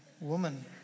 Woman